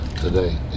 today